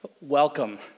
welcome